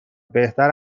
بهتر